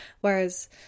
whereas